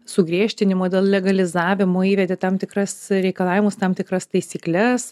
sugriežtinimų dėl legalizavimų įvedė tam tikras reikalavimus tam tikras taisykles